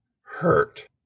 hurt